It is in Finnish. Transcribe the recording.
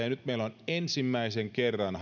ja nyt meillä on ensimmäisen kerran